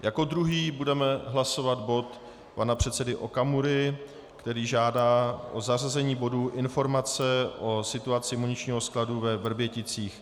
Jako druhý budeme hlasovat bod pana předsedy Okamury, který žádá o zařazení bodu Informace o situaci muničního skladu ve Vrběticích.